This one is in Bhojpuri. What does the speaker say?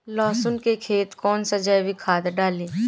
लहसुन के खेत कौन सा जैविक खाद डाली?